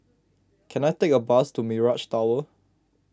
can I take a bus to Mirage Tower